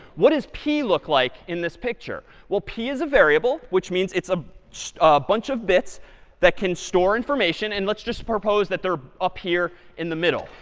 what does p look like in this picture? well p is a variable, which means it's ah so a bunch of bits that can store information. and let's just propose that they're up here in the middle.